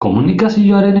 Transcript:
komunikazioaren